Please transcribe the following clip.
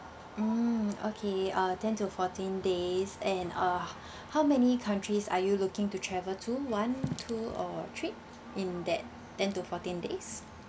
mm okay uh ten to fourteen days and uh how many countries are you looking to travel to one two or three in that ten to fourteen days